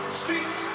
streets